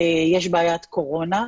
יש בעיית קורונה.